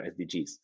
SDGs